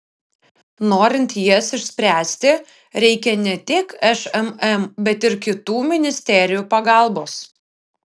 norint jas išspręsti reikia ne tik šmm bet ir kitų ministerijų pagalbos